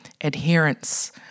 adherence